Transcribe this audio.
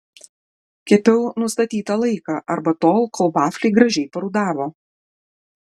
kepiau nustatytą laiką arba tol kol vafliai gražiai parudavo